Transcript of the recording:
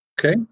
Okay